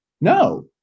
No